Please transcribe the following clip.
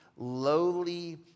lowly